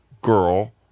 girl